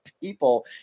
people